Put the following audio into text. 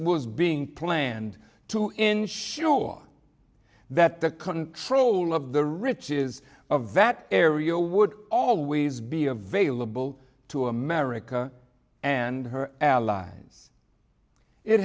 this was being planned to ensure that the control of the riches of that area would always be available to america and her allies it